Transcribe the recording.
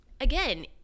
again